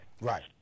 Right